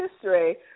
history